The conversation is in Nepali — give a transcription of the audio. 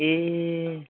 ए